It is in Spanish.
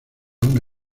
una